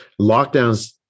Lockdowns